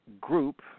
group